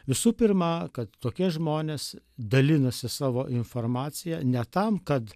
visų pirma kad tokie žmonės dalinasi savo informacija ne tam kad